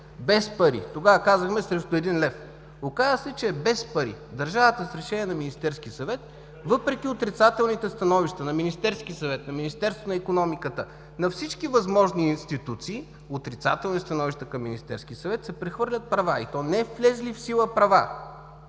без пари – тогава казахме, срещу 1 лв. Оказа се, че е без пари. Държавата, с решение на Министерския съвет, въпреки отрицателните становища на Министерския съвет, на Министерството на икономиката, на всички възможни институции – отрицателни становища към Министерския съвет, се прехвърлят права и то не влезли в сила права,